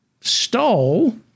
stole